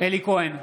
אלי כהן,